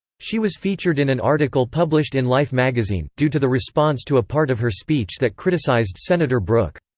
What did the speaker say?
she was featured in an article published in life magazine, due to the response to a part of her speech that criticized senator brooke.